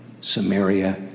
Samaria